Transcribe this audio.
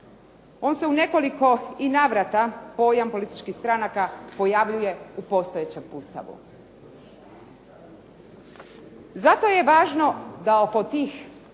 On se u nekoliko i navrata, pojam političkih stranaka, pojavljuje u postojećem Ustavu. Zato je važno da oko tih